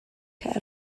cer